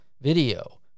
video